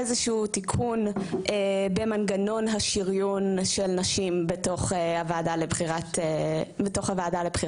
איזשהו תיקון במנגנון השריון של נשים בתוך הוועדה לבחירת שופטים,